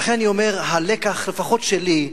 ולכן אני אומר, הלקח, לפחות שלי,